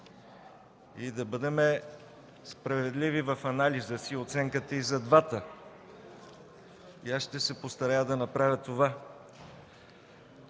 и да бъдем справедливи в анализа и оценката си и за двата. Аз ще се постарая да направя това.